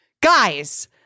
Guys